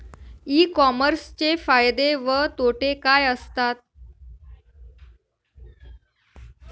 E कॉमर्सचे फायदे व तोटे काय असतात?